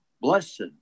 Blessed